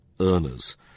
earners